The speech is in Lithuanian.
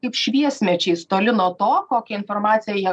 kaip šviesmečiais toli nuo to kokią informaciją jie